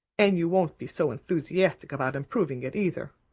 and you won't be so enthusiastic about improving it either.